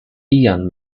ian